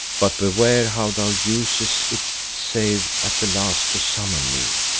but beware how thou usest it save at the last to summon me,